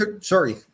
sorry